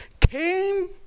came